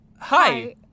Hi